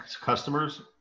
customers